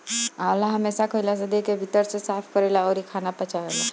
आंवला हमेशा खइला से देह के भीतर से साफ़ करेला अउरी खाना पचावेला